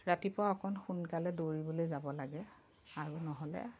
ৰাতিপুৱা অকমান সোনকালে দৌৰিবলৈ যাব লাগে আৰু নহ'লে